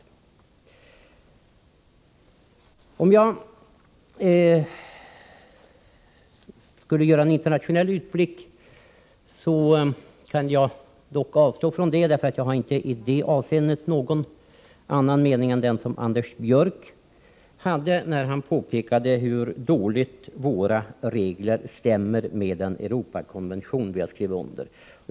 Här skulle man kunna göra en internationell utblick, men jag avstår från det, eftersom jag i detta avseende inte har någon annan mening än den Anders Björck uttryckte när han påpekade hur dåligt våra regler stämmer med den Europakonvention vi har skrivit under.